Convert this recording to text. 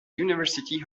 university